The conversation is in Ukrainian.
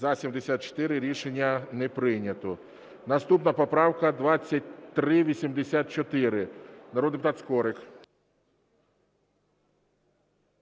За-74 Рішення не прийнято. Наступна поправка 2384, народний депутат Скорик.